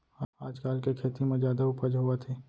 आजकाल के खेती म जादा उपज होवत हे